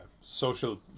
social